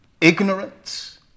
ignorance